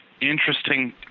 interesting